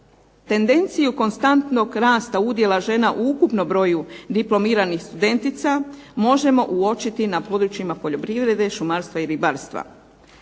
Tendenciju konstantnog rasta udjela žena u ukupnom broju diplomiranih studentica možemo uočiti na području poljoprivrede, šumarstva i ribarstva.